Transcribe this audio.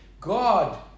God